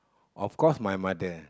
of course my mother